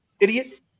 idiot